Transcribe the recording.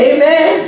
Amen